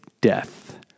death